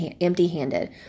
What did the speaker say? empty-handed